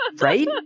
Right